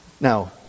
Now